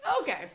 Okay